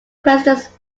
questions